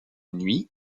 nuit